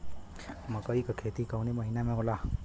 मकई क खेती कवने महीना में होला?